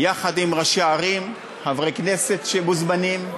יחד עם ראשי ערים, חברי כנסת שמוזמנים.